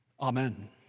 Amen